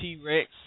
T-Rex